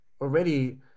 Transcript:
already